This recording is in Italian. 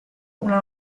una